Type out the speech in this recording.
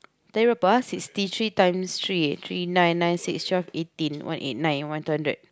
tadi berapa ah sixty three times three three nine nine six twelve eighteen one eight nine one two hundred